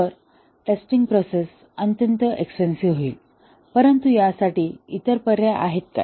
तर testing process अत्यंत expensive होईल परंतु यासाठी इतर पर्याय आहेत काय